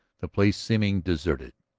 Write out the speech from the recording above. the place seeming deserted.